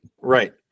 Right